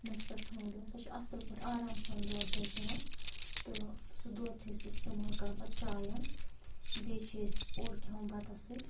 نہ چھِ سُہ ٹھۄل دِوان سۄ چھِ اصل پٲٹھۍ آرام سان دۄد اسہِ دِوَان تہٕ سُہ دۄد چھِ أسۍ استعمال کران پتہٕ چاین بیٚیہِ چھِ أسۍ اوڈ کھیوان بتس ستۭۍ